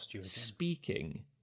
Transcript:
speaking